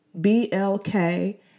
B-L-K